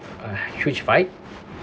a huge fight